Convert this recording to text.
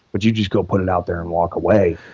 but you just go put it out there and walk away.